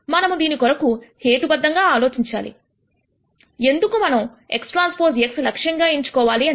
మనము దీని కొరకు హేతుబద్ధంగా ఆలోచించాలి ఎందుకు మనం xTx లక్ష్యంగా ఎంచుకోవాలి అని